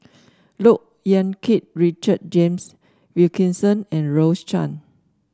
Look Yan Kit Richard James Wilkinson and Rose Chan